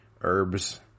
Herbs